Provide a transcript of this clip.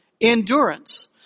endurance